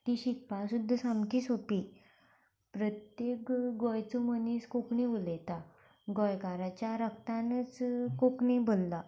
ती शिकपा सुद्दा सामकी सोंपी प्रत्येक गोंयचो मनीस कोंकणी उलयता गोंयकाराच्या रगतानूच कोंकणी भरला